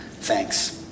thanks